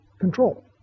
control